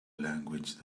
language